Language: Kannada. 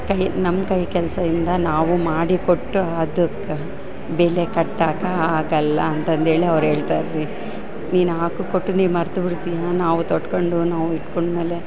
ಕೈ ನಮ್ಮ ಕೈ ಕೆಲಸ ಇಂದ ನಾವು ಮಾಡಿ ಕೊಟ್ಟು ಅದಕ್ಕೆ ಬೆಲೆಕಟ್ಟಕ್ಕಾಗೊಲ್ಲ ಅಂತಂದೇಳಿ ಅವ್ರು ಹೇಳ್ತಾರಿ ನೀನು ಹಾಕು ಕೊಟ್ಟು ನೀನು ಮರ್ತು ಬಿಡ್ತಿಯ ನಾವು ತೊಟ್ಕೊಂಡು ನಾವು ಇಟ್ಕೊಂಡಮೇಲೆ